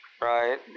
Right